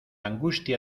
angustia